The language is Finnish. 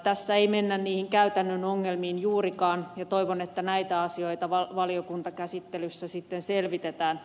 tässä ei mennä niihin käytännön ongelmiin juurikaan ja toivon että näitä asioita valiokuntakäsittelyssä sitten selvitetään